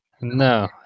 no